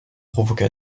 provoqué